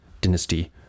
dynasty